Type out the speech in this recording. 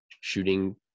shooting